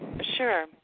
Sure